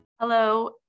Hello